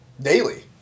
daily